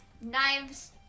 Knives